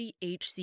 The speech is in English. HC